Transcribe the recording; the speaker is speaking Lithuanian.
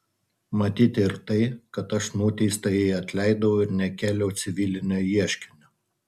matyti ir tai kad aš nuteistajai atleidau ir nekėliau civilinio ieškinio